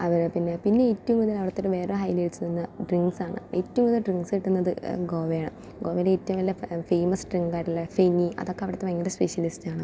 അതെ പിന്നെ പിന്നെ ഏറ്റവും കൂടുതൽ അവിടുത്തെ വേറൊരു ഹൈ ലൈറ്റ്സ് ഡ്രിങ്ക്സ്സാണ് ഏറ്റവും കൂടുതൽ ഡ്രിങ്ക്സ് കിട്ടുന്നത് ഗോവയാ ഗോവയിലെ ഏറ്റവും നല്ല ഫേമസ് ഡ്രിങ്ക് ആയിട്ടുള്ള ഫെനി അതൊക്കെ അവിടുത്തെ ഭയങ്കര സ്പെഷ്യലിസ്റ്റ് ആണ്